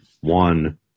one